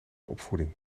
opvoeding